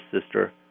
sister